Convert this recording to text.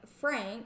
Frank